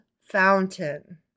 fountain